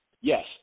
Yes